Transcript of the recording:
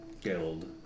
guild